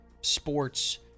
sports